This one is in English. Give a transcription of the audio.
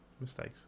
mistakes